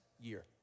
year